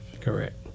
Correct